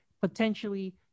potentially